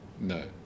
No